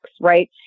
right